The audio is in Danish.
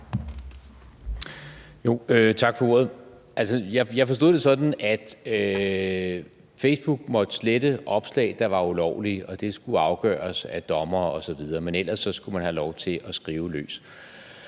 (V): Tak for ordet. Jeg forstod det sådan, at Facebook måtte slette opslag, der var ulovlige, og at det skulle afgøres af dommere osv., men ellers skulle man have lov til at skrive løs.